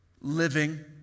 living